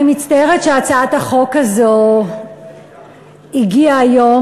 אני מצטערת שהצעת החוק הזאת הגיעה היום,